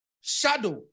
Shadow